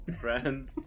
friends